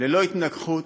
ללא התנגחות,